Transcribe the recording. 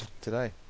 today